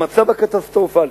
המצב הקטסטרופלי